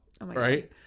right